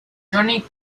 johnny